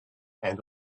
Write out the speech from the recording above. and